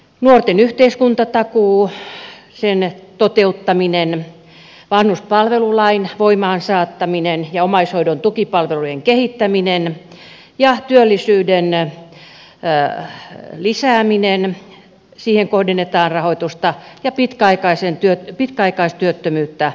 nuorten yhteiskuntatakuu sen toteuttaminen vanhuspalvelulain voimaansaattaminen ja omaishoidon tukipalvelujen kehittäminen sekä työllisyyden lisääminen siihen kohdennetaan rahoitusta ja pitkäaikaistyöttömyyttä torjutaan